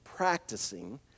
Practicing